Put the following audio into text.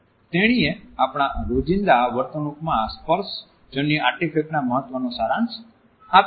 તેણીએ આપણા રોજિંદા વર્તણૂકમાં સ્પર્શ જન્ય આર્ટિફેક્ટના મહત્વનો સારાંશ આપ્યો છે